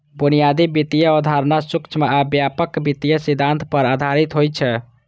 बुनियादी वित्तीय अवधारणा सूक्ष्म आ व्यापक वित्तीय सिद्धांत पर आधारित होइ छै